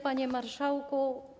Panie Marszałku!